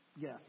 Yes